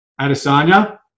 Adesanya